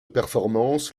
performance